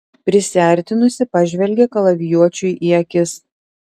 prisiartinusi pažvelgė kalavijuočiui į akis